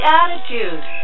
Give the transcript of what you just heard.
attitude